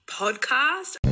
podcast